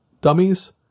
dummies